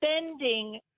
spending